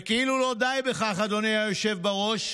וכאילו לא די בכך, אדוני היושב בראש,